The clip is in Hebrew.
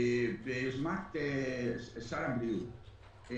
ביוזמת שר הבריאות,